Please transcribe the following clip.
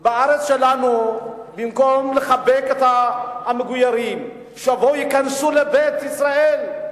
בארץ שלנו במקום לחבק את המגוירים שיבואו וייכנסו לבית ישראל,